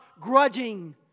grudging